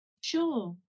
Sure